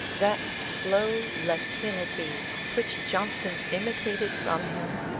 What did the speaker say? that slow latinity which johnson imitated from him,